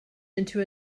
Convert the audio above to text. into